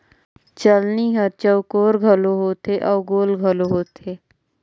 चलनी हर चउकोर घलो होथे अउ गोल घलो होथे